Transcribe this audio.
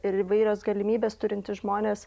ir įvairios galimybes turintys žmonės